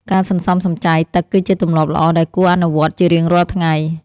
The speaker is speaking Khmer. ការសន្សំសំចៃទឹកគឺជាទម្លាប់ល្អដែលគួរអនុវត្តជារៀងរាល់ថ្ងៃ។